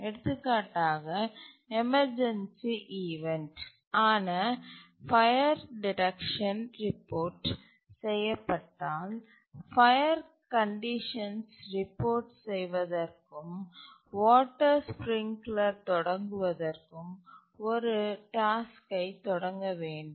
எடுத்துக்காட்டாக emergency event ஆன fire detection report செய்யப்பட்டால் ஃபயர் கண்டிஷன்ஸ் ரிப்போர்ட் செய்வதற்கும் வாட்டர் ஸ்பிரிங்லர் தொடங்குவதற்கும் ஒரு டாஸ்க்யைத் தொடங்க வேண்டும்